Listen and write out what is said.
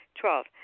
Twelve